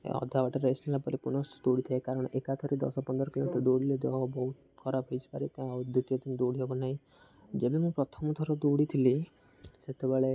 ଅଧାବାଟେ rest ନେଲା ପରେ ପୁନଃ ଦୌଡ଼ିଥାଏ କାରଣ ଏକାଥରେ ଦଶ ପନ୍ଦର କିଲୋମିଟର ଦୌଡ଼ିଲେ ଦେହ ବହୁତ ଖରାପ ହୋଇପାରେ ତା ଦୁଇ ତିନି ଦିନ ଦୌଡ଼ି ହେବ ନାହିଁ ଯେବେ ମୁଁ ପ୍ରଥମଥର ଦୌଡ଼ିଥିଲି ସେତେବେଳେ